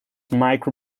micro